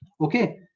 Okay